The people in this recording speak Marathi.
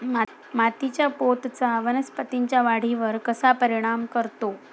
मातीच्या पोतचा वनस्पतींच्या वाढीवर कसा परिणाम करतो?